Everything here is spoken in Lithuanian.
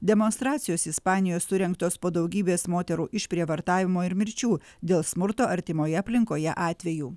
demonstracijos ispanijoj surengtos po daugybės moterų išprievartavimo ir mirčių dėl smurto artimoje aplinkoje atvejų